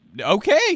okay